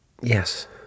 yes